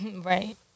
Right